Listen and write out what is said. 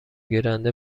گیرنده